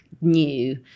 new